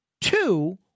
Two